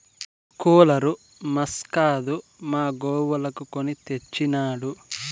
cooler మాక్కాదు మా గోవులకు కొని తెచ్చినాడు